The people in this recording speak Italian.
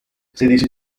sedici